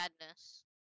madness